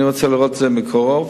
אני רוצה לראות את זה מקרוב,